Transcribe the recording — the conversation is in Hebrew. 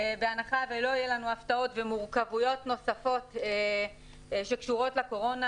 בהנחה שלא יהיו לנו הפתעות ומורכבויות נוספות שקשורות לקורונה